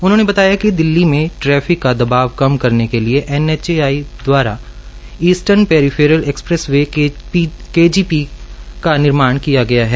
उन्होंने बताया कि दिल्ली में ट्रैफिक का दबाव कम करने के लिए एच ए आई द्वारा eastern peripheral expressway KGP का निर्माण किया गया है